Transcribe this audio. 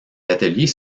ateliers